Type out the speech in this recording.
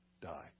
die